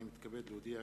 הנני מתכבד להודיע,